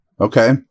Okay